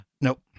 Nope